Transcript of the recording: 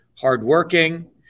hardworking